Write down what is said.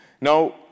Now